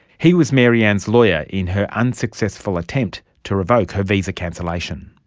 he was maryanne's lawyer in her unsuccessful attempt to revoke her visa cancellation.